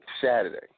Saturday